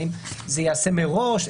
האם זה ייעשה מראש?